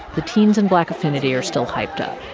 the teens in black affinity are still hyped up.